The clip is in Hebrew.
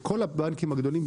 לכל הבנקים הגדולים,